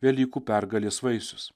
velykų pergalės vaisius